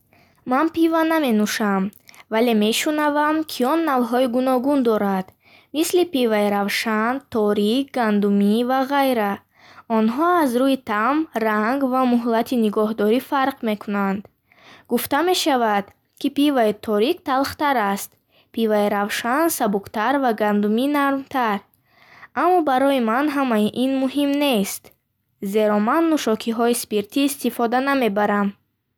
Ман пиво наменӯшам, вале мешунавам, ки он навъҳои гуногун дорад, мисли пивои равшан, торик, гандумӣ ва ғайра. Онҳо аз рӯйи таъм, ранг ва мӯҳлати нигоҳдорӣ фарқ мекунанд. Гуфта мешавад, ки пивои торик талхтар аст, пивои равшан сабуктар ва гандумӣ нармтар. Аммо барои ман ҳамаи ин муҳим нест, зеро ман нӯшокиҳои спиртӣ истифода намебарам.